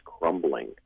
crumbling